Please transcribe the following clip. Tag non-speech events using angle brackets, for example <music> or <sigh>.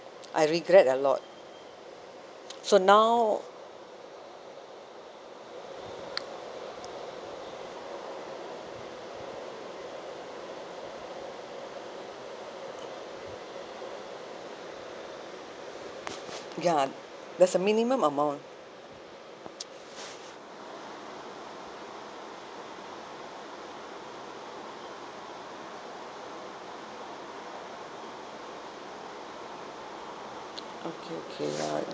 I regret a lot <noise> so now <noise> ya there's a minimum amount <noise> okay okay uh